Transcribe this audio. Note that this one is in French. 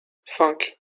cinq